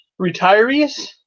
retirees